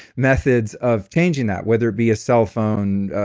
methods of changing that whether it be a cell phone,